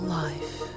life